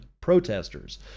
protesters